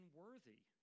worthy